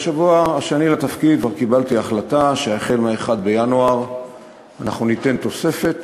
בשבוע השני לתפקיד כבר קיבלתי החלטה שמ-1 בינואר אנחנו ניתן תוספת